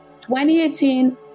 2018